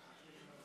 לפיכך, ההצעה